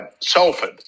Salford